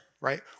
right